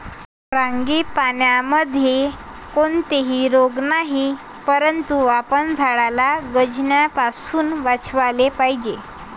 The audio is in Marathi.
फ्रांगीपानीमध्ये कोणताही रोग नाही, परंतु आपण झाडाला गंजण्यापासून वाचवले पाहिजे